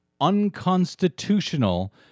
unconstitutional